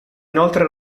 inoltre